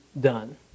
done